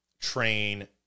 train